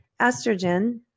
estrogen